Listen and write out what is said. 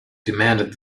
demanded